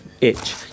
itch